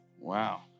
Wow